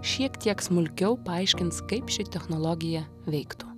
šiek tiek smulkiau paaiškins kaip ši technologija veiktų